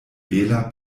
bela